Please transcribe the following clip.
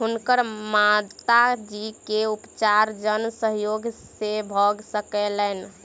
हुनकर माता जी के उपचार जन सहयोग से भ सकलैन